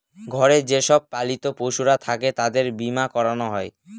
ঘরে যে সব পালিত পশুরা থাকে তাদের বীমা করানো হয়